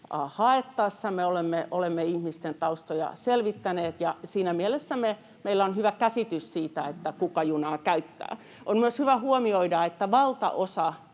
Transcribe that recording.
haettaessa me olemme ihmisten taustoja selvittäneet. Siinä mielessä meillä on hyvä käsitys siitä, kuka junaa käyttää. On myös hyvä huomioida, että valtaosa